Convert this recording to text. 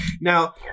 Now